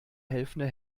helfende